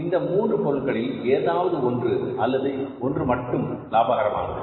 இந்த மூன்று பொருட்களில் ஏதாவது ஒன்று அல்லது ஒன்று மட்டும் லாபகரமானது